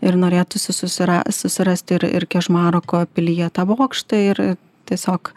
ir norėtųsi susira susirasti ir ir kežmaroko pilyje tą bokštą ir tiesiog